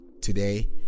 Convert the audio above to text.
today